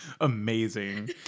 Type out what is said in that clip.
amazing